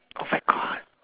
oh my God